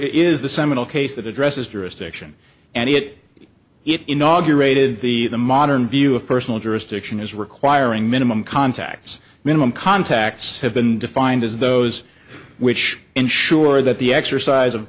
is the seminal case that addresses jurisdiction and it is inaugurated the the modern view of personal jurisdiction is requiring minimum contacts minimum contacts have been defined as those which ensure that the exercise of